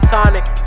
Tonic